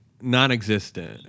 non-existent